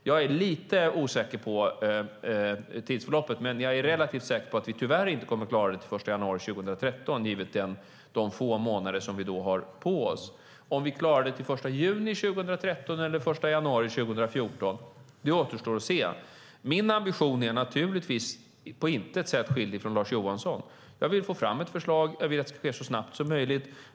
Jag är lite osäker på tidsförloppet, men jag är relativt säker på att vi tyvärr inte kommer att klara detta till den 1 januari 2013 med tanke på de få månader vi då har på oss. Om vi klarar det till den 1 juli 2013 eller den 1 januari 2014 återstår att se. Min ambition skiljer sig naturligtvis inte på något sätt från Lars Johanssons. Jag vill få fram ett förslag. Jag vill att det sker så snabbt som möjligt.